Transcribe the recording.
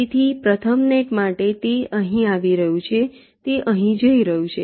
તેથી પ્રથમ નેટ માટે તે અહીંથી આવી રહ્યું છે તે અહીં જઈ રહ્યું છે